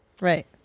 Right